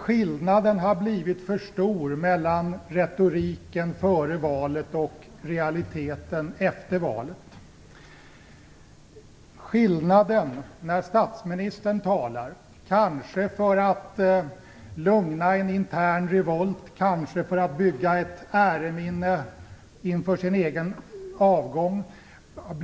Skillnaden har blivit för stor mellan retoriken före valet och realiteten efter valet. Skillnaden mellan det statsministern säger - kanske för att lugna en intern revolt, kanske för att bygga ett äreminne inför sin egen avgång - och